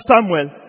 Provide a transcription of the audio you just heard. Samuel